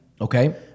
Okay